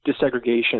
desegregation